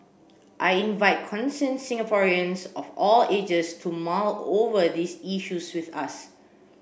I invite concerned Singaporeans of all ages to mull over these issues with us